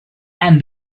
and